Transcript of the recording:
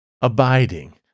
abiding